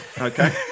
okay